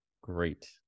Great